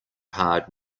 hard